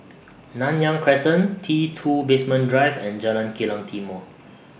Nanyang Crescent T two Basement Drive and Jalan Kilang Timor